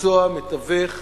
מקצוע המתווך,